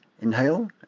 inhale